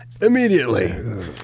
immediately